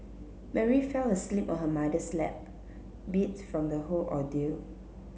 Mary fell asleep on her mother's lap beat from the whole ordeal